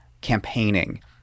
campaigning